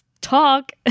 talk